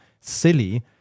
silly